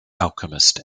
alchemist